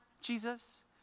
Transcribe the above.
Jesus